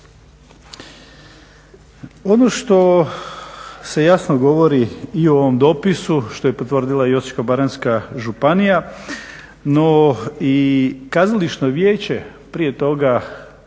Ono što se jasno govori i u ovom dopisu što je potvrdila i Osječko-baranjska županija, no i Kazališno vijeće prije toga